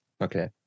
Okay